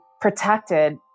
protected